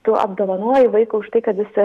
tu apdovanoji vaiką už tai kad jis